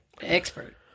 Expert